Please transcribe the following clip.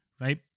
right